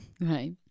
Right